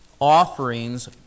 offerings